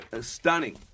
stunning